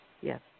Yes